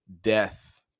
death